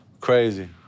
Crazy